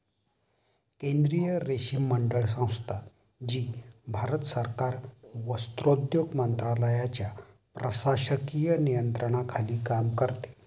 केंद्रीय रेशीम मंडळ संस्था, जी भारत सरकार वस्त्रोद्योग मंत्रालयाच्या प्रशासकीय नियंत्रणाखाली काम करते